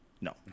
No